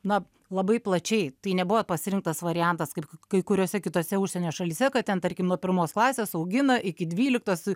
na labai plačiai tai nebuvo pasirinktas variantas kaip kai kuriose kitose užsienio šalyse kad ten tarkim nuo pirmos klasės augina iki dvyliktos